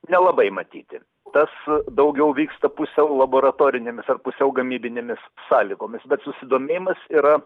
nelabai matyti tas daugiau vyksta pusiau laboratorinėmis ar pusiau gamybinėmis sąlygomis bet susidomėjimas yra